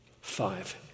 Five